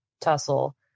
tussle